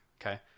Okay